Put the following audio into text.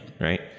Right